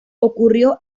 ocurrió